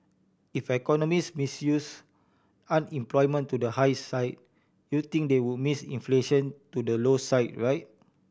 if economist missed use unemployment to the high side you'd think they would miss inflation to the low side right